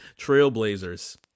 Trailblazers